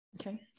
Okay